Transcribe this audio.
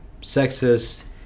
sexist